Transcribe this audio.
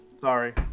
Sorry